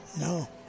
No